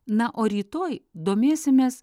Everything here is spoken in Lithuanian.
na o rytoj domėsimės